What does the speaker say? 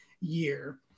year